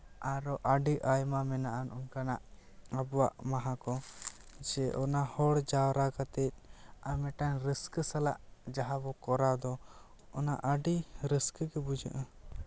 ᱟᱨᱚ ᱟᱹᱰᱤ ᱟᱭᱢᱟ ᱢᱮᱱᱟᱜᱼᱟ ᱚᱱᱠᱟᱱ ᱟᱵᱚᱣᱟᱜ ᱢᱟᱦᱟ ᱠᱚ ᱥᱮ ᱚᱱᱟ ᱦᱚᱲ ᱡᱟᱣᱨᱟ ᱠᱟᱛᱮᱜ ᱟᱨ ᱢᱤᱫᱴᱟᱱ ᱨᱟᱹᱥᱠᱟᱹ ᱥᱟᱞᱟᱜ ᱡᱟᱦᱟᱸ ᱵᱚ ᱠᱚᱨᱟᱣ ᱫᱚ ᱚᱱᱟ ᱟᱹᱰᱤ ᱨᱟᱹᱥᱠᱟᱹ ᱵᱩᱡᱷᱟᱹᱜᱼᱟ